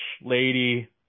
lady